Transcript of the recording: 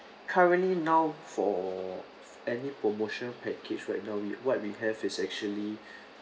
currently now for any promotion package right now we what we have is actually